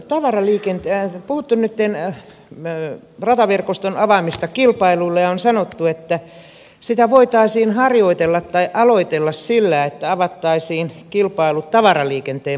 täällä on puhuttu nyt rataverkoston avaamisesta kilpailulle ja on sanottu että sitä voitaisiin harjoitella tai aloitella sillä että avattaisiin kilpailu tavaraliikenteen puolella